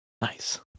nice